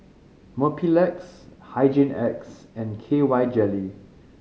Mepilex Hygin X and K Y Jelly